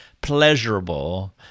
pleasurable